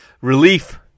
relief